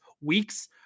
weeks